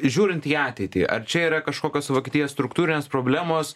žiūrint į ateitį ar čia yra kažkokios vokietijos struktūrinės problemos